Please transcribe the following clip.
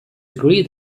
agree